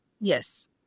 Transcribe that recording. Yes